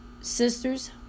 sisters